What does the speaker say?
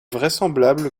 vraisemblable